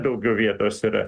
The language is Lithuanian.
daugiau vietos yra